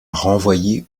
renvoyer